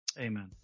amen